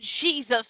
jesus